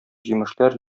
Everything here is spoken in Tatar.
җимешләр